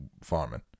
farming